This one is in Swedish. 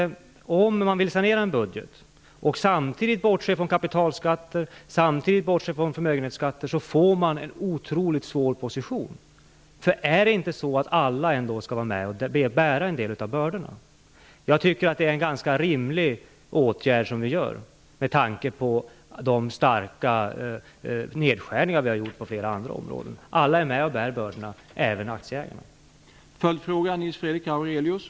Om man vill sanera en budget och samtidigt bortse från kapitalskatter och från förmögenhetsskatter får man en otroligt svår position. Är det ändå inte så att alla skall vara med och bära en del av bördorna? Jag tycker att det, med tanke på de starka nedskärningar vi har gjort på flera andra områden, är en ganska rimlig åtgärd vi genomför. Alla är med och bär bördorna - även aktieägarna.